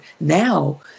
now